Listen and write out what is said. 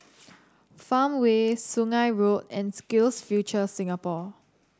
Farmway Sungei Road and SkillsFuture Singapore